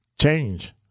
change